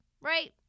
right